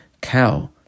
cow